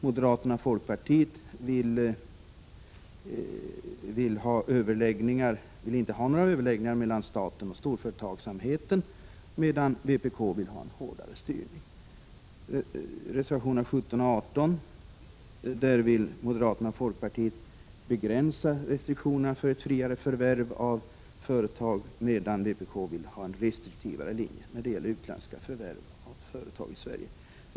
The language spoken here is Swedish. Här vill moderaterna och folkpartiet inte ha några överläggningar mellan staten och storföretagsamheten, medan vpk vill ha en hårdare styrning. I reservationerna 17 och 18 vill moderaterna och folkpartiet begränsa restriktionerna för ett friare förvärv av företag, medan vpk vill ha en restriktivare linje när det gäller utländska förvärv av företag i Sverige.